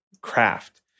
craft